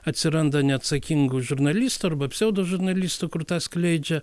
atsiranda neatsakingų žurnalistų arba pseudo žurnalistų kur tą skleidžia